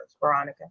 Veronica